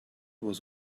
was